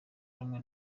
rumwe